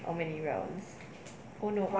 for how many rounds oh